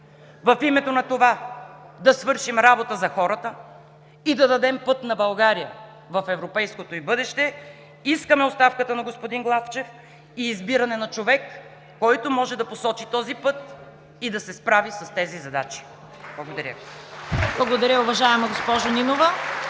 в името на това да свършим работа за хората и да дадем път на България в европейското й бъдеще искаме оставката на господин Главчев и избиране на човек, който може да посочи този път и да се справи с тези задачи! Благодаря Ви. (Ръкопляскания